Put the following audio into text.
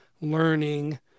learning